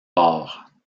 forts